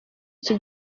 iki